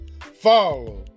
follow